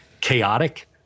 chaotic